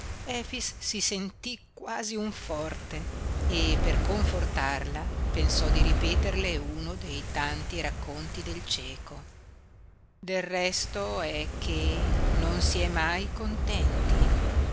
si sentí quasi un forte e per confortarla pensò di ripeterle uno dei tanti racconti del cieco del resto è che non si è mai contenti